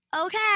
okay